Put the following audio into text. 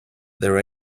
there